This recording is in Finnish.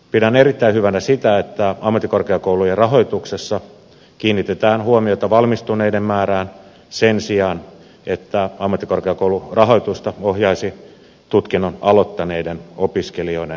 pidän erittäin hyvänä sitä että ammattikorkeakoulujen rahoituksessa kiinnitetään huomiota valmistuneiden määrään sen sijaan että ammattikorkeakoulurahoitusta ohjaisi tutkinnon aloittaneiden opiskelijoiden määrä